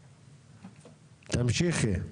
תמשיכי.